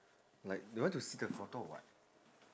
like you want to see the photo or what